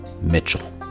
mitchell